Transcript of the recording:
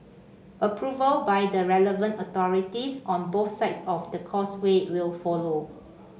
approval by the relevant authorities on both sides of the Causeway will follow